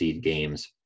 games